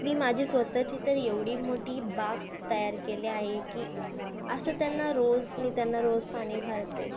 मी माझी स्वत ची तर एवढी मोठी बाग तयार केली आहे की असं त्यांना रोज मी त्यांना रोज पाणी घालते